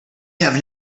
have